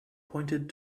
pointed